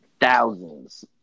thousands